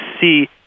see